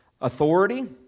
authority